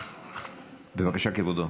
בבקשה, כבודו.